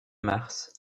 mars